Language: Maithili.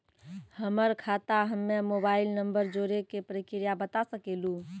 हमर खाता हम्मे मोबाइल नंबर जोड़े के प्रक्रिया बता सकें लू?